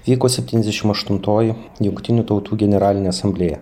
vyko septyniasdešim aštuntoji jungtinių tautų generalinė asamblėja